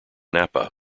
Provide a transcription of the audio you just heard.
napa